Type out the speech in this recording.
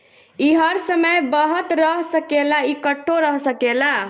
ई हर समय बहत रह सकेला, इकट्ठो रह सकेला